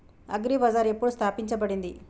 Agri bazaar ఎప్పుడు స్థాపించబడింది?